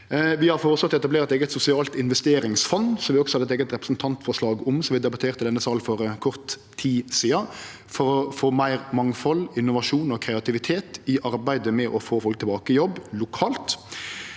å etablere eit eige sosialt investeringsfond, som vi også hadde eit eige representantforslag om, som vi debatterte i denne salen for kort tid sidan, for å få meir mangfald, innovasjon og kreativitet i arbeidet med å få folk tilbake i jobb lokalt.